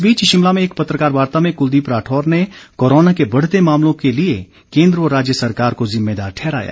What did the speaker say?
इस बीच शिमला में एक पत्रकार वार्ता में कुलदीप राठौर ने कोरोना के बढ़ते मामलों के लिए केंद्र व राज्य सरकार को जिम्मेदार ठहराया